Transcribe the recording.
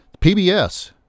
pbs